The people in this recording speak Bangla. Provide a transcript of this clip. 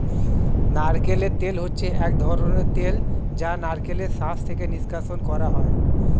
নারকেল তেল হচ্ছে এক ধরনের তেল যা নারকেলের শাঁস থেকে নিষ্কাশণ করা হয়